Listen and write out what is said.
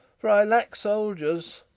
for i lack soldiers